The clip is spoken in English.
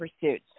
pursuits